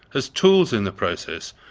as tools in the process,